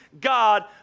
God